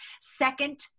second